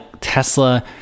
Tesla